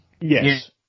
Yes